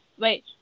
wait